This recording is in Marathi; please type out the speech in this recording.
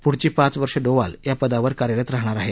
पुढची पाच वर्ष डोवाल या पदावर कार्यरत राहणार आहेत